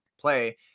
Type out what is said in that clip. play